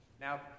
Now